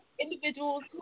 individuals